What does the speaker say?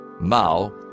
Mao